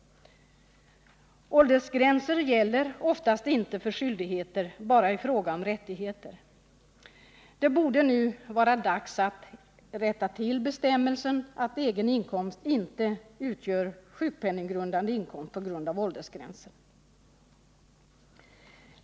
Åldersgränser gäller oftast inte för skyldigheter, bara i fråga om rättigheter. Det borde nu vara dags att rätta till bestämmelsen att egen inkomst inte utgör sjukpenninggrundande inkomst på grund av åldersgränser.